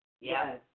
Yes